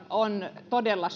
on todella